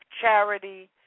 charity